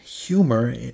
humor